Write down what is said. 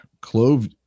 Clove